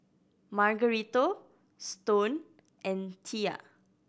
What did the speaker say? Margarito Stone and Tilla